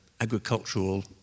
agricultural